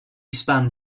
span